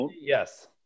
yes